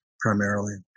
primarily